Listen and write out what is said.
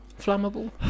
flammable